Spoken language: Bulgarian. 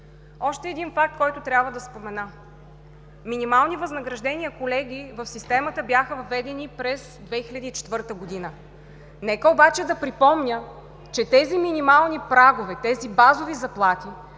Още един факт, който трябва да спомена – минимални възнаграждения, колеги, в системата бяха въведени през 2004 г. Нека обаче да припомня, че тези минимални прагове, тези базови заплати